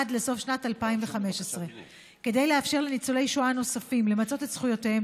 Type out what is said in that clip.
עד לסוף שנת 2015. כדי לאפשר לניצולי שואה נוספים למצות את זכויותיהם